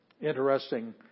interesting